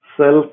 Self